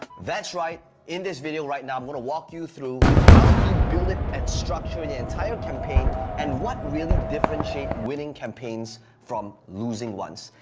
that's right, in this video right now, i'm going to walk you through how do you build it and structure the entire campaign and what really differentiate winning campaigns from losing ones?